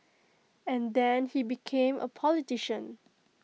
and then he became A politician